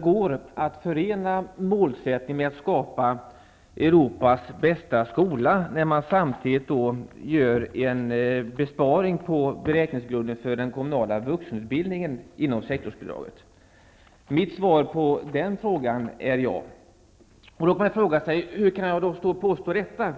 Går det att förena målet att skapa Europas bästa skola med att samtidigt vilja göra en besparing på beräkningsgrunden för den kommunala vuxenutbildningen inom sektorsbidraget? Mitt svar på den frågan är ja. Hur kan jag påstå detta?